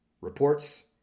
reports